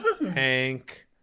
Hank